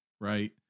right